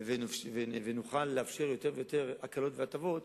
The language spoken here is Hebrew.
כזה ונוכל לאפשר יותר הקלות והטבות.